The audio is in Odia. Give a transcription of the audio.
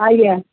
ଆଜ୍ଞା